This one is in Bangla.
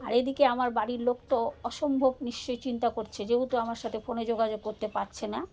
আর এদিকে আমার বাড়ির লোক তো অসম্ভব নিশ্চয়ই চিন্তা করছে যেহেতু আমার সাথে ফোনে যোগাযোগ করতে পারছে না